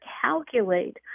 calculate